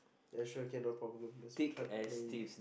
that's right can no problem let's start playing